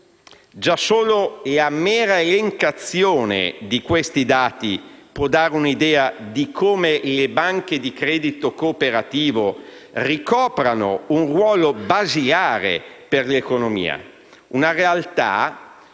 Già solo la mera elencazione di questi dati può dare un'idea di come le banche di credito cooperativo ricoprano un ruolo basilare per l'economia e siano una realtà